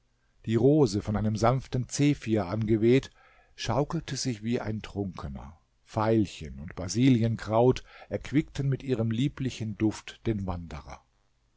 die rose von einem sanften zephyr angeweht schaukelte sich wie ein trunkener veilchen und basilienkraut erquickten mit ihrem lieblichen duft den wanderer